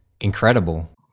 incredible